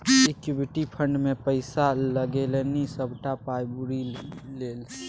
equity fund मे पैसा लगेलनि सभटा पाय बुरि गेल